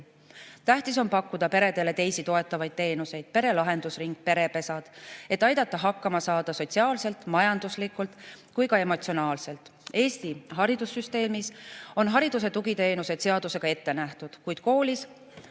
Tähtis on pakkuda peredele teisi toetavaid teenuseid – Pere Lahendusring, Perepesad –, et aidata hakkama saada sotsiaalselt, majanduslikult ja ka emotsionaalselt. Eesti haridussüsteemis on hariduse tugiteenused seadusega ette nähtud, kuid koolis